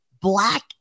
black